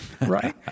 right